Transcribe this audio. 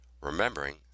remembering